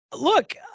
look